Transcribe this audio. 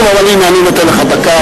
לא חשוב, הנה, אני נותן לך דקה.